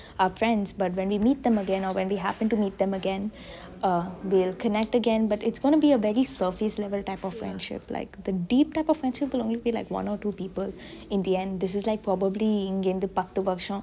our friends but when we meet them again or when we happen to meet them again we'll connect again but it's going to be a very surface level kind of friendship the deep type of friendship will only be like one or two people in the end this is like probably இங்கருந்து பத்து வருஷோ:inggerunthu pathu varusho